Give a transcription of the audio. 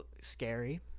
scary